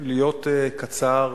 להיות קצר,